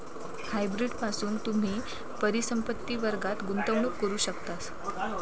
hybrid पासून तुम्ही परिसंपत्ति वर्गात गुंतवणूक करू शकतास